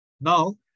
Now